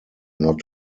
not